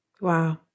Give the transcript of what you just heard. Wow